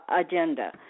agenda